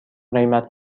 قیمت